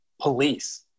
police